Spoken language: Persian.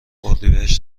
اردیبهشت